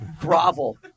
grovel